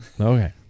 Okay